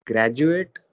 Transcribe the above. Graduate